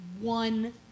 one